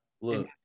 Look